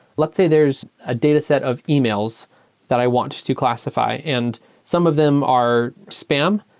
let's say there's a dataset of emails that i want to classify and some of them are spam.